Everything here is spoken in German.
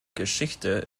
geschichte